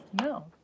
No